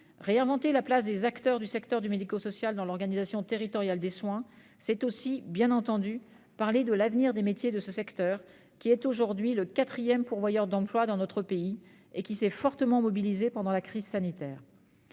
Réinventer la place des acteurs du secteur du médico-social dans l'organisation territoriale des soins, c'est aussi, bien entendu, parler de l'avenir des métiers de ce secteur, qui est aujourd'hui le quatrième pourvoyeur d'emplois dans notre pays, et qui s'est fortement mobilisé pendant la crise sanitaire.